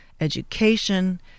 education